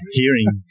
hearing